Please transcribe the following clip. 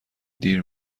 دیر